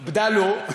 בדאלו.